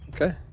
Okay